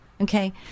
Okay